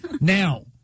Now